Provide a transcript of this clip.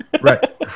right